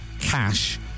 cash